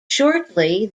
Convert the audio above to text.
shortly